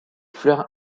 fleurs